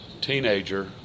teenager